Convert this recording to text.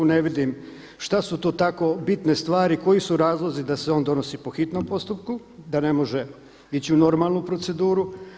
Ne vidim što su tu tako bitne stvari, koji su razlozi da se on donosi po hitnom postupku da ne može ići u normalnu proceduru.